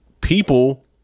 people